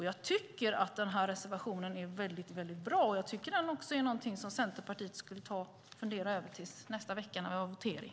Jag tycker att denna reservation är mycket bra och att Centerpartiet ska fundera lite på den till nästa veckas votering.